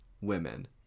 women